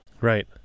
Right